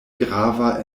grava